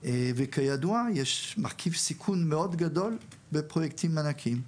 וכידוע יש מרכיב סיכון מאוד גדול בפרויקטים ענקיים,